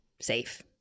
safe